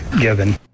given